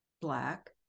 Black